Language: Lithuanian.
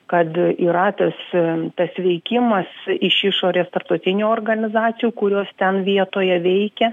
kad yra tas tas veikimas iš išorės tarptautinių organizacijų kurios ten vietoje veikia